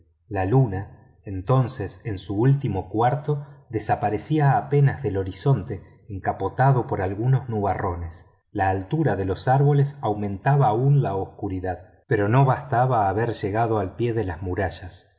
la luna entonces en su último cuarto desaparecía apenas del horizonte encapotado por algunos nubarrones la altura de los árboles aumentaba aún en la oscuridad pero no bastaba haber llegado al pie de las murallas